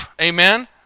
amen